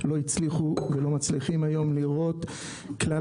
לא הצליחו ולא מצליחים היום לראות כלל